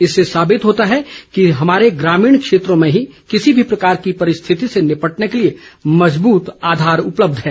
इससे साबित हो गया है कि हमारे ग्रामीण क्षेत्रों में ही किसी भी प्रकार की परिस्थिति से निपटने के लिए मजबत आधार उपलब्ध है